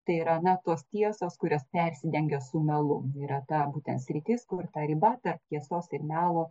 tai yra na tos tiesos kurios persidengia su melu yra ta būten sritis kur ta riba tarp tiesos ir melo